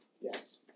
Yes